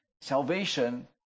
salvation